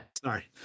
Sorry